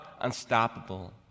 unstoppable